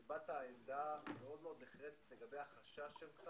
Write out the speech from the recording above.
האם המפעל הזה מיושן עד כדי כך שאין לו